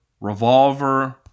Revolver